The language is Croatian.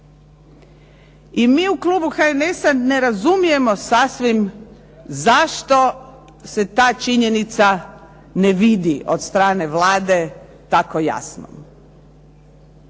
I mi u klubu HNS-a ne razumijemo sasvim zašto se ta činjenica ne vidi od strane Vlade tako jasno?